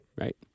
Right